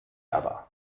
aber